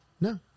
No